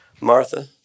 Martha